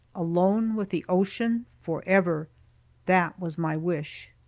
alone with the ocean forever that was my wish.